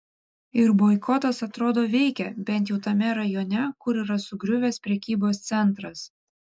ir boikotas atrodo veikia bent jau tame rajone kur yra sugriuvęs prekybos centras